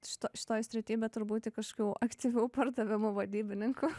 šito šitoj srityje bet turbūt į kažkokių aktyvių pardavimų vadybininko